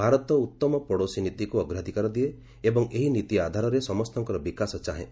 ଭାରତ ଉତ୍ତମ ପଡ଼ୋଶୀ ନୀତିକୁ ଅଗ୍ରାଧିକାର ଦିଏ ଏବଂ ଏହି ନୀତି ଆଧାରରେ ସମସ୍ତଙ୍କର ବିକାଶ ଚାହେଁ